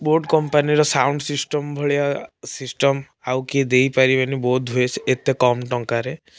boat କମ୍ପାନୀର sound system ଭଳିଆ system ଆଉ କିଏ ଦେଇ ପାରିବେନି ବୋଧହୁଏ ଏତେ କମ୍ ଟଙ୍କାରେ